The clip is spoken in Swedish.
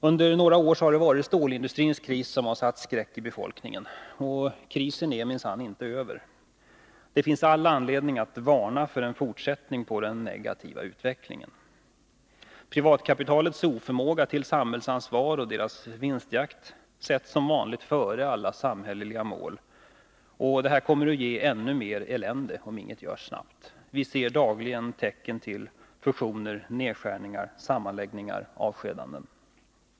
Under några år har det varit stålindustrins kris som har satt skräck i befolkningen. Den krisen är minsann inte över. Det finns all anledning att varna för en fortsättning på den negativa utvecklingen. Privatkapitalets oförmåga till samhällsansvar och deras vinstjakt sätts som vanligt före alla samhälleliga mål. Det kommer att ge ännu mer elände om inget görs snabbt. Vi ser dagligen tecken på fusioner, nedskärningar, sammanläggningar och avskedanden.